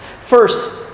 First